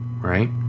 right